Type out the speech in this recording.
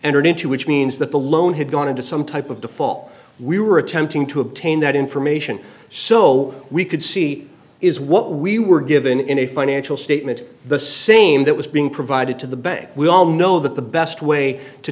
entered into which means that the loan had gone into some type of the fall we were attempting to obtain that information so we could see is what we were given in a financial statement the same that was being provided to the bank we all know that the best way to